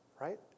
Right